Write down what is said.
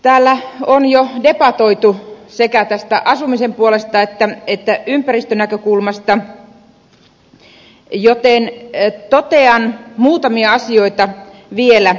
täällä on jo debatoitu sekä asumisen puolesta että ympäristönäkökulmasta joten totean muutamia asioita vielä